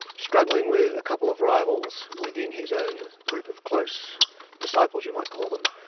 struggling with a couple of rivals within his own group of close disciples, you might call them,